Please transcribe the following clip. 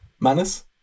Manus